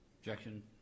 objection